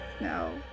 No